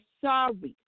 Sorry